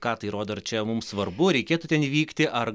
ką tai rodo ar čia mum svarbu reikėtų ten vykti ar